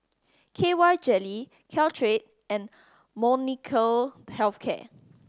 K Y Jelly Caltrate and Molnylcke Health Care